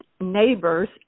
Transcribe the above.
neighbors